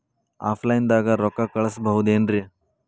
Offline ದಾಗ ರೊಕ್ಕ ಕಳಸಬಹುದೇನ್ರಿ?